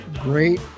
great